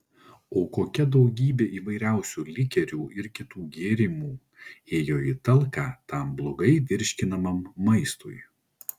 o kokia daugybė įvairiausių likerių ir kitų gėrimų ėjo į talką tam blogai virškinamam maistui